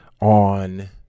on